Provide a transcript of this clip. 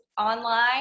online